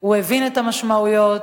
הוא הבין את המשמעויות,